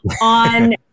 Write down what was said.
on